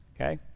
Okay